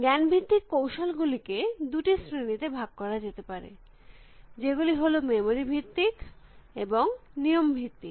জ্ঞান ভিত্তিক কৌশল গুলিকে দুটি শ্রেণীতে ভাগ করা যেতে পারে যেগুলি হল মেমরি ভিত্তিক এবং নিয়ম ভিত্তিক